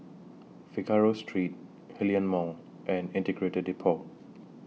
Figaro Street Hillion Mall and Integrated Depot